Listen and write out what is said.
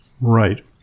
Right